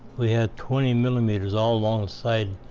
we had twenty millimeters all along side.